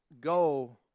go